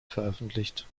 veröffentlicht